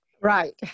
Right